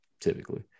typically